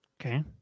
Okay